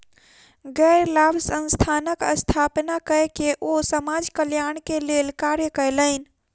गैर लाभ संस्थानक स्थापना कय के ओ समाज कल्याण के लेल कार्य कयलैन